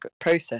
process